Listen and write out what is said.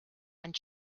and